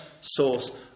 source